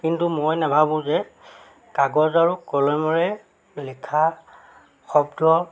কিন্তু মই নাভাবোঁ যে কাগজ আৰু কলমেৰে লিখা শব্দ